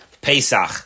Pesach